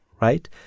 right